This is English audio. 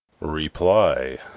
Reply